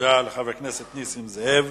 תודה לחבר הכנסת נסים זאב.